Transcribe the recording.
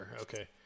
Okay